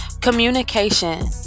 communication